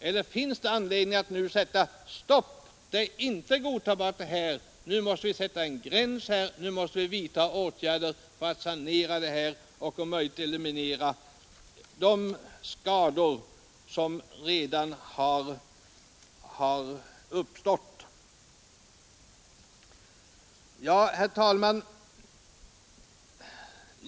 Eller finns det anledning att nu sätta stopp och säga: Detta är inte godtagbart; vi måste sätta en gräns och vidta åtgärder för att sanera verksamheten och om möjligt eliminera de skador som redan har uppstått Herr talman!